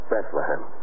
Bethlehem